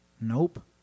Nope